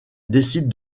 décide